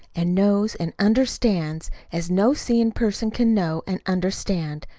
and knows, and understands, as no seeing person can know and understand,